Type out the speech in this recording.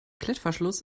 klettverschluss